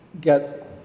get